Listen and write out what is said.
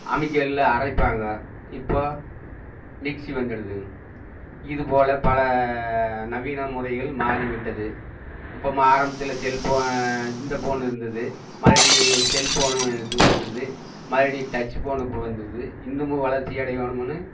அம்மிக்கல்லில் அரைப்பாங்க இப்போ மிக்ஸி வந்திடுதுங் இதுபோல் பல நவீன முறைகள் மாறிவிட்டது இப்போ ஆரம்பத்தில் செல் ஃபோன் இந்த ஃபோன் இருந்தது மறுபடியும் செல் ஃபோனு இது வந்தது மறுபடி டச் ஃபோன் இப்போ வந்தது இன்னமும் வளர்ச்சி அடையணும்னு